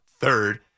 third